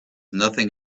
nothing